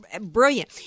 brilliant